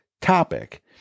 topic